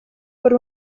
per